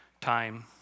Time